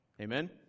Amen